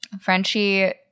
Frenchie